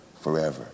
forever